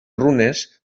runes